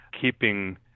keeping